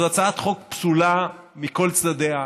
זו הצעת חוק פסולה מכל צדדיה.